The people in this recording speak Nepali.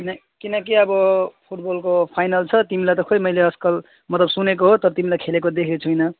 किन किनकि अब फुटबलको फाइनल छ तिमीलाई त खै मैले आजकल मतलब सुनेको हो तर तिमीलाई खेलेको देखेको छुइनँ